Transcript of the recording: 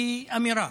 היא אמירה.